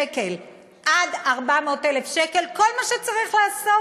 עד 400,000 שקל כל מה שצריך לעשות,